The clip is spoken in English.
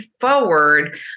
forward